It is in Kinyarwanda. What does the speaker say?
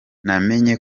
namenye